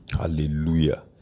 Hallelujah